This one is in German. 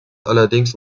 allerdings